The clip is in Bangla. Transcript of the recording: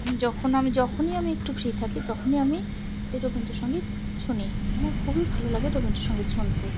যখন আমি যখনই আমি একটু ফ্রি থাকি তখনই আমি এই রবীন্দ্রসঙ্গীত শুনি আমার খুবই ভালো লাগে রবীন্দ্রসঙ্গীত শুনতে